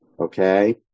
okay